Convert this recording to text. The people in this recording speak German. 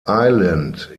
island